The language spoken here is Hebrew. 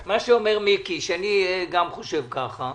גיא, מה שאומר מיקי, ואני גם חושב ככה,